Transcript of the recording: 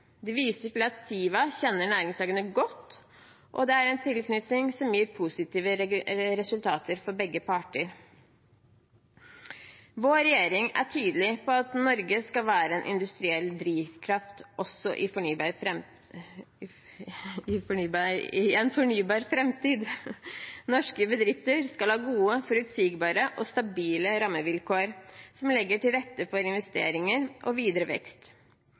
De viser til at Siva kjenner næringshagene godt, og at det er en tilknytning som gir positive resultater for begge parter. Vår regjering er tydelig på at Norge skal være en industriell drivkraft også i en fornybar framtid. Norske bedrifter skal ha gode, forutsigbare og stabile rammevilkår som legger til rette for investeringer og videre vekst.